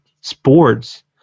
sports